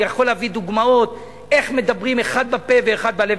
אני יכול לתת דוגמאות איך מדברים אחד בפה ואחד בלב,